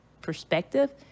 perspective